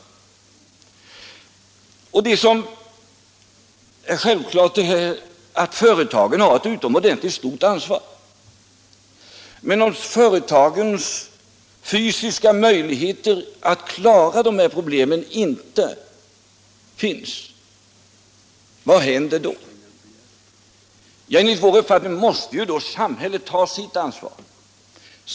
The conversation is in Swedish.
Och det som är självklart är att företagen har ett utomordentligt stort ansvar. Men om företagens fysiska möjligheter att klara problemen inte finns, vad händer då? Jag utgår från att samhället då måste ta sitt ansvar.